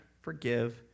forgive